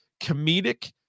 comedic